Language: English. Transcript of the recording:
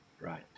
Right